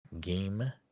Game